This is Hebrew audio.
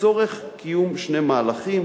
לצורך קיום שני מהלכים: